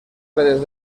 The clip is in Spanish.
redes